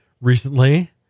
recently